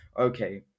okay